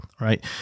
right